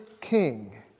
king